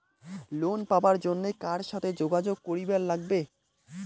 Loan পাবার জন্যে কার সাথে যোগাযোগ করিবার লাগবে?